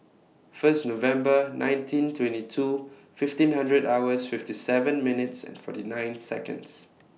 First November nineteen twenty two fifteen hundred hours fifty seven minutes and forty nine Seconds